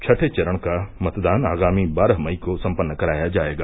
छठें चरण का मतदान आगामी बारह मई को सम्पन्न कराया जायेगा